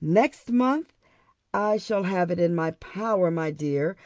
next month i shall have it in my power, my dear,